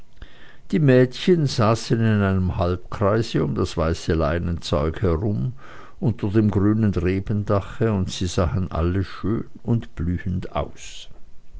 die mädchen saßen in einem halbkreise um das weiße leinenzeug herum unter dem grünen rebendache und sie sahen alle schön und blühend aus